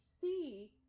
see